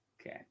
Okay